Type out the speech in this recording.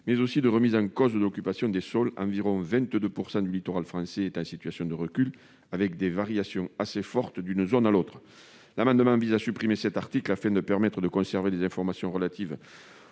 mais aussi de la remise en cause de l'occupation des sols. Environ 22 % du littoral français est en situation de recul, avec des variations assez fortes d'une zone à l'autre. L'amendement vise à supprimer cet article, afin de permettre de conserver des informations relatives